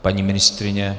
Paní ministryně?